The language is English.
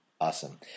awesome